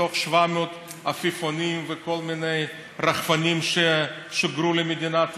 מתוך 700 עפיפונים וכל מיני רחפנים ששוגרו למדינת ישראל,